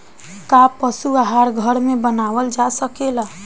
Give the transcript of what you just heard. का पशु आहार घर में बनावल जा सकेला?